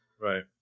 Right